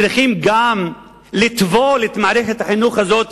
צריכים גם לטבול את מערכת החינוך הזאת